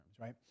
right